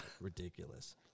ridiculous